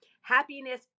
Happiness